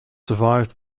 survived